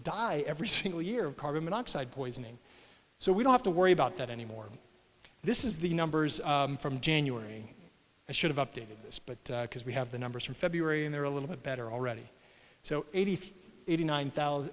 die every single year of carbon monoxide poisoning so we don't have to worry about that anymore this is the numbers from january i should have updated this but because we have the numbers from february and they're a little bit better already so eighty three eighty nine thousand